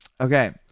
Okay